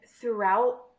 throughout